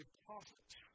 prophets